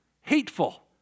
hateful